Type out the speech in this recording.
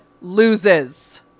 loses